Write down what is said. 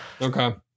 Okay